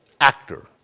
Actor